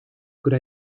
good